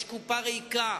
יש קופה ריקה,